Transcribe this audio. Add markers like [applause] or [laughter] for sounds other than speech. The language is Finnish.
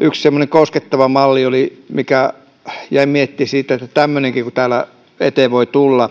yksi koskettava oli [unintelligible] tällainen ja jäin miettimään siitä että tämmöinenkin täällä eteen voi tulla